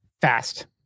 fast